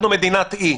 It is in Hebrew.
אנחנו מדינת אי.